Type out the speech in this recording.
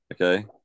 Okay